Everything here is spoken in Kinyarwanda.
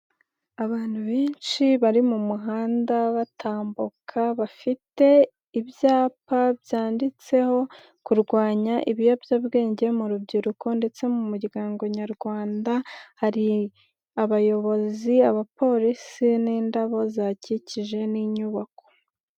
Abantu benshi bari mu muhanda batambuka, bafite ibyapa byanditseho ''kurwanya ibiyobyabwenge mu rubyiruko ndetse no mu muryango nyarwanda'', hari abayobozi, abapolisi n'indabo zihakikije n'inyubako.